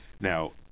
Now